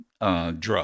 drug